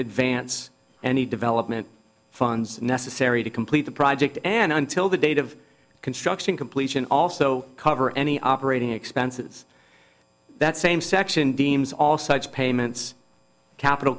advance any development funds necessary to complete the project and until the date of construction completion also cover any operating expenses that same section deems all such payments capital